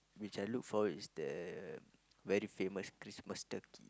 which I look forward is the very famous Christmas turkey